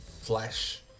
flesh